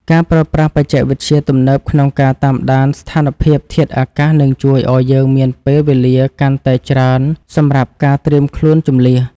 ការប្រើប្រាស់បច្ចេកវិទ្យាទំនើបក្នុងការតាមដានស្ថានភាពធាតុអាកាសនឹងជួយឱ្យយើងមានពេលវេលាកាន់តែច្រើនសម្រាប់ការត្រៀមខ្លួនជម្លៀស។